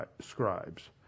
scribes